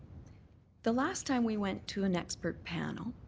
the last time we went to an expert panel,